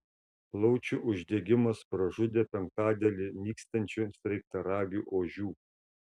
plaučių uždegimas pražudė penktadalį nykstančių sraigtaragių ožių